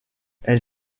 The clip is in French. elle